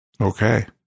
Okay